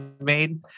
made